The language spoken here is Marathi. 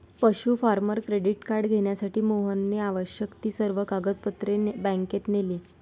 पशु फार्मर क्रेडिट कार्ड घेण्यासाठी मोहनने आवश्यक ती सर्व कागदपत्रे बँकेत नेली